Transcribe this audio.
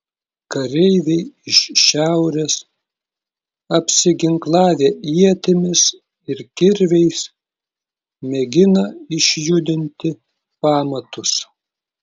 kareiviai iš šiaurės apsiginklavę ietimis ir kirviais mėgina išjudinti pamatus